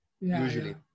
usually